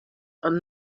and